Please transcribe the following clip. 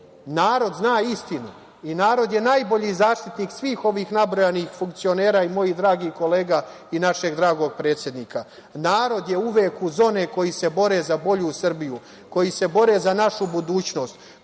narod zna istinu, i narod je najbolji zaštitnik svih ovih nabrajanih funkcionera, i mojih dragih kolega, i našeg dragog predsednika. Narod je uvek uz one koji se bore za bolju Srbiju, koji se bore za našu budućnost,